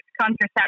contraception